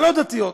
הלא-דתיות,